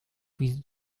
wie